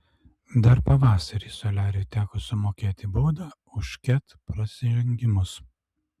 dar pavasarį soliariui teko sumokėti baudą už ket prasižengimus